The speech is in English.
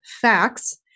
facts